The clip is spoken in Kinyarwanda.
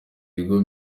ibigo